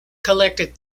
collected